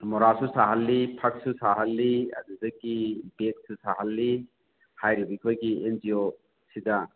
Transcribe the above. ꯃꯣꯔꯥꯁꯨ ꯁꯥꯍꯜꯂꯤ ꯐꯛꯁꯨ ꯁꯥꯍꯜꯂꯤ ꯑꯗꯨꯗꯒꯤ ꯕꯦꯛꯁꯨ ꯁꯥꯍꯜꯂꯤ ꯍꯥꯏꯔꯤꯕ ꯑꯩꯈꯣꯏꯒꯤ ꯑꯦꯟ ꯖꯤ ꯑꯣꯁꯤꯗ